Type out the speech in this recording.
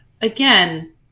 Again